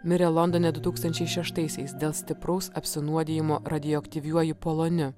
mirė londone du tūkstančiai šeštaisiais dėl stipraus apsinuodijimo radioaktyviuoju poloniu